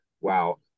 wow